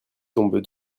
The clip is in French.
tombe